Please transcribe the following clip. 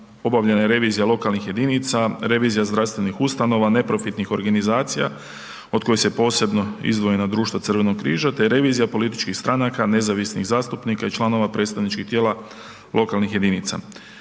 obavljena revizija lokalnih jedinica, revizija zdravstvenih ustanova, neprofitnih organizacija, od kojih se posebno izdvojenog društva Crvenog križa, te revizijama političkih stranaka, nezavisnih zastupnika članova predstavničkih tijela lokalnih jedinica.